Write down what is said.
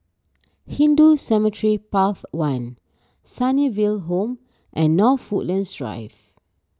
Hindu Cemetery Path one Sunnyville Home and North Woodlands Drive